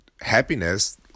happiness